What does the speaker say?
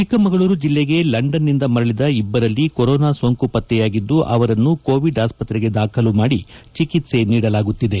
ಚಿಕ್ಕಮಗಳೂರು ಜಿಲ್ಲೆಗೆ ಲಂಡನ್ನಿಂದ ಮರಳಿದ ಇಬ್ಬರಲ್ಲಿ ಕೊರೋನಾ ಸೋಂಕು ಪತ್ತೆಯಾಗಿದ್ದು ಅವರನ್ನು ಕೋವಿಡ್ ಅಸ್ತತ್ರೆಗೆ ದಾಖಲು ಮಾಡಿ ಚಿಕಿತ್ಸೆ ನೀಡಲಾಗುತ್ತಿದೆ